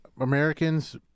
Americans